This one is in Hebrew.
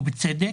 ובצדק.